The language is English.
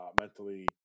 mentally